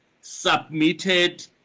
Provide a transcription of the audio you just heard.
submitted